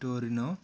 torino